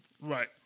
right